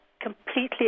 completely